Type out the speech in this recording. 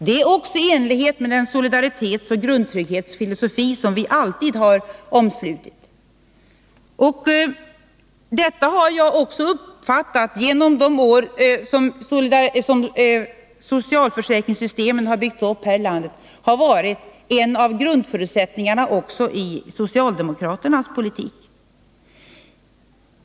Det är också i enlighet med den solidaritetsoch grundtrygghetsfilosofi som vi alltid har omslutit. Genom de år som socialförsäkringssystemet har byggts upp här i landet har jag uppfattat att detta varit en av grundförutsättningarna också i socialdemokraternas politik.